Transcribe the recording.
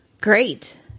Great